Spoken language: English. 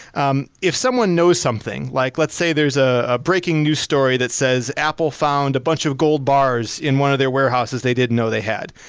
um if someone knows something, like let's say there's a breaking news story that says apple found a bunch of gold bars in one of their warehouses they didn't know they had.